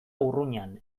urruñan